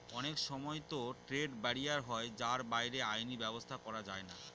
অনেক সময়তো trade barrier হয় যার বাইরে আইনি ব্যাবস্থা করা যায়না